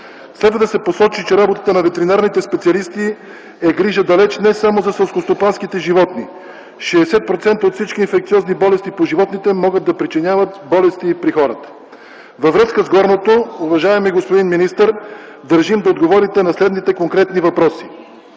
Следва да се посочи, че работата на ветеринарните специалисти е грижа далече не само за селскостопанските животни. Шестдесет процента от всички инфекциозни болести по животните могат да причиняват болести и при хората. Във връзка с горното, уважаеми господин министър, държим да отговорите на следните конкретни въпроси: